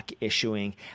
issuing